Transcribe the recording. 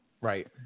Right